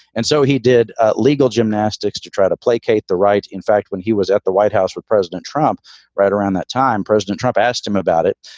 and so he did legal gymnastics to try to placate the right. in fact, when he was at the white house with president trump right around that time, president trump asked him about it.